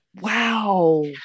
Wow